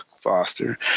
Foster